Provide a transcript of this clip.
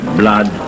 blood